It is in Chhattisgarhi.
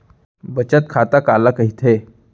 बचत खाता काला कहिथे?